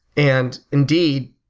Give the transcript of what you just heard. and indeed